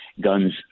guns